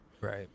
Right